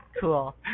Cool